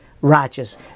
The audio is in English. righteous